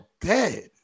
dead